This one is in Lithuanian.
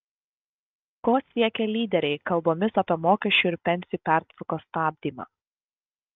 ko siekia lyderiai kalbomis apie mokesčių ir pensijų pertvarkos stabdymą